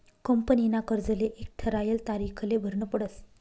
कंपनीना कर्जले एक ठरायल तारीखले भरनं पडस